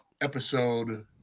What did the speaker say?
episode